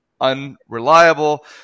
unreliable